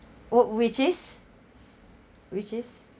oh which is which is